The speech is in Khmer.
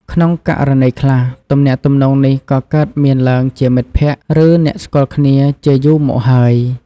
ក្នុងករណីខ្លះ ទំនាក់ទំនងនេះក៏កើតមានឡើងជាមិត្តភក្តិ ឬអ្នកស្គាល់គ្នាជាយូរមកហើយ។